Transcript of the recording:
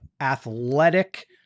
athletic